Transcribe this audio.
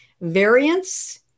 variants